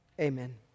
amen